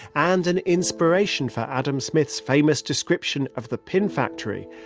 and an inspiration for adam smith's famous description of the pin factory.